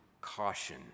caution